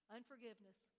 Unforgiveness